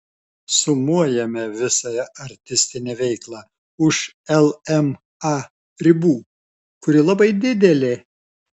sumuojame visą artistinę veiklą už lma ribų kuri labai didelė